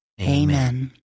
Amen